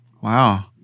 wow